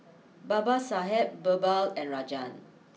Babasaheb Birbal and Rajan